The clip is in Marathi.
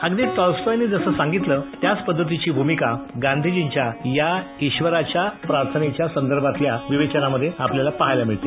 अगदी टॉलस्टॉयनं जसं सांगितलं त्याच पद्धतीची भूमिका गांधीजींच्या या ईश्वराच्या प्रार्थनेच्या संदर्भातल्या विवेचनामधे आपल्याला पाहायला मिळते